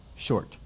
short